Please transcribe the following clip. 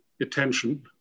attention